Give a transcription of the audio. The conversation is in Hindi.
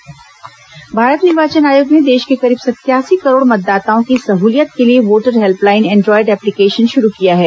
मतदाता सूची पोर्टल भारत निर्वाचन आयोग ने देश के करीब सत्यासी करोड़ मतदाताओं की सह्लियत के लिए वोटर हेल्पलाइन एंड्रायड एप्लिकेशन शुरू किया है